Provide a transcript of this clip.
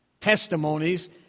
testimonies